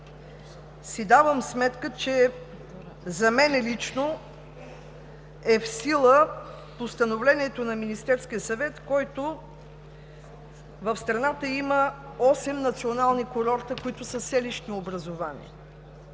си давам сметка, че за мен лично е в сила Постановлението на Министерския съвет от 2005 г., според което в страната има осем национални курорта, които са селищни образувания